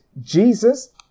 Jesus